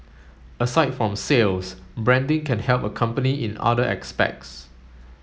aside from sales branding can help a company in other aspects